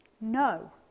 No